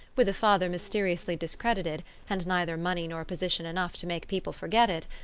with a father mysteriously discredited, and neither money nor position enough to make people forget it,